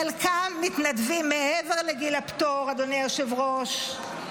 חלקם מתנדבים מעבר לגיל הפטור, אדוני היושב-ראש,